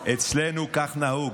אצלנו כך נהוג.